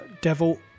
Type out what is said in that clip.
Devil